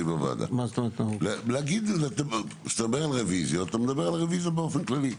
בוועדה - אתה מדבר על רוויזיות באפן כללי.